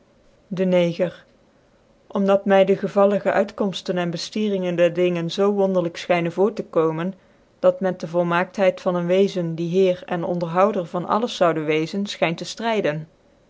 de neger om datmy degevalligcuitkoomften en beftieringc der dingen zoo wonderlyk fchyncn voor tc komen dat met de volmaakthcit van een wezen die heer en onderhouder van alles zoude wezen fchynt te ftryden